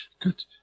good